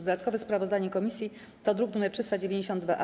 Dodatkowe sprawozdanie komisji to druk nr 392-A.